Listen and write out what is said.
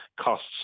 costs